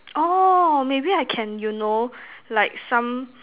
oh maybe I can you know like some